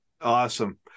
Awesome